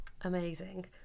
amazing